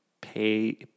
pay